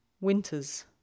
winter's